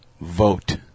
vote